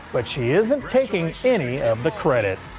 but she isn't taking any of the credit.